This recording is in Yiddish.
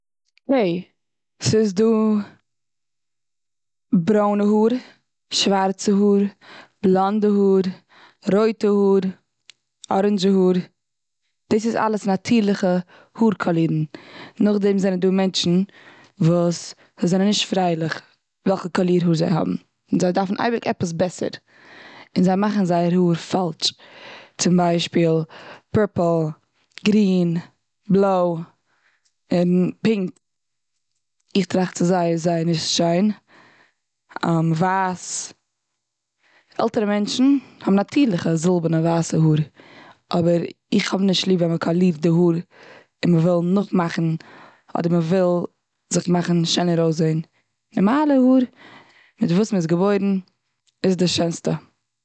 קעי, ס'איז דא ברוינע האר, שווארצע האר, בלאנדע האר, רויטע האר, אראנדזשע האר. דאס איז אלע נאטירליכע האר קאלירן. נאך דעם זענען דא מענטשן וואס זענען נישט פרייליך, וועלכע האר קאלירן זיי האבן. זיי דארפן אייביג עפעס בעסער, און זיי מאכן זייער האר פאלטש. צום ביישפיל: פורפל, גרין, בלוי, און פינק. איך טראכט ס'איז זייער, זייער, נישט שיין, ווייס. עלטערע מענטשן האבן נאטירליכע זילבערנע ווייסע האר, אבער איך האב נישט ליב ווען מ'קאלירט די האר, און מ'וויל נאכמאכן, אדער מ'וויל זיך מאכן שענער אויסזען. נארמאלע האר מיט וואס מ'איז געבוירן איז די שענסטע.